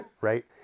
right